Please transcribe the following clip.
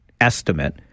estimate